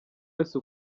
wese